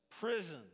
Prison